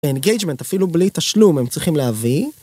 engagement אפילו בלי תשלום הם צריכים להביא.